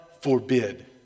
forbid